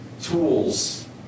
tools